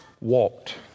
walked